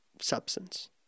substance